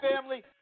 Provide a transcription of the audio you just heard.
family